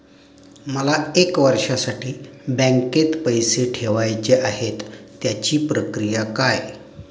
मला एक वर्षासाठी बँकेत पैसे ठेवायचे आहेत त्याची प्रक्रिया काय?